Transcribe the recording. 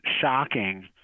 shocking